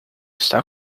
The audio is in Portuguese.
está